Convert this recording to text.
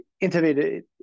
integrated